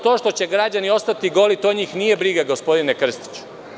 To što će građani ostati goli, to njih nije briga, gospodine Krstiću.